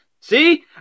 See